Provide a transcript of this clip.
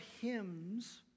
hymns